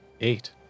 eight